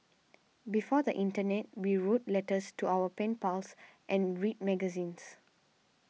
before the internet we wrote letters to our pen pals and read magazines